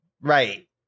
right